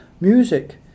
music